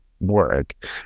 work